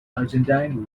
argentine